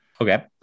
Okay